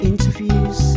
interviews